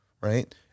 right